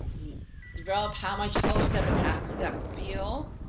develop how much whole steps and half steps feel.